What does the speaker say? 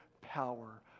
power